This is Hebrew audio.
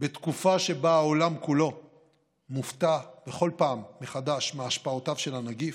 בתקופה שבה העולם כולו מופתע בכל פעם מחדש מהשפעותיו של הנגיף,